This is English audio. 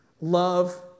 love